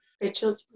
Rachel